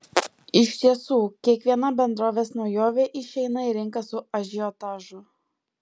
iš tiesų kiekviena bendrovės naujovė išeina į rinką su ažiotažu